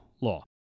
law